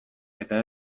eta